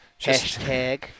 hashtag